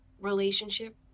relationship